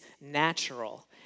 natural